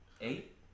eight